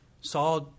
saw